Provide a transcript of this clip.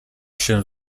się